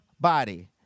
body